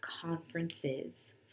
conferences